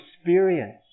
experience